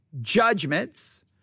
judgments